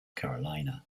carolina